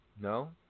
No